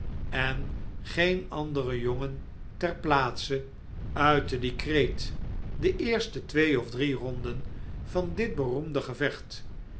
en geen andere jongen ter plaatse uitte dien kreet de eerste twee of drie ronden van dit beroemde gevecht